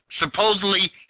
supposedly